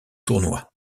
tournois